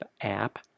app